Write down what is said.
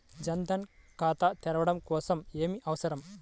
జన్ ధన్ ఖాతా తెరవడం కోసం ఏమి అవసరం?